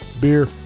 beer